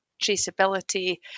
traceability